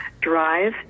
drive